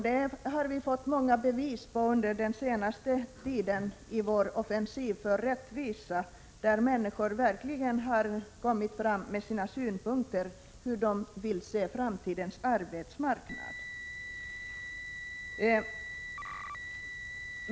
Det har vi fått många bevis för under den senaste tiden i vår offensiv för rättvisa, där människor verkligen har kommit fram med sina synpunkter på hur de vill se framtidens arbetsmarknad.